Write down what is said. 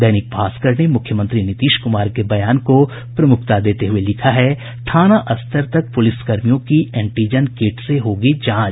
दैनिक भास्कर ने मुख्यमंत्री नीतीश कुमार के बयान को प्रमुखता देते हुये लिखा है थाना स्तर तक प्रलिस कर्मियों की एंजीटन किट से होगी जांच